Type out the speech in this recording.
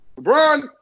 LeBron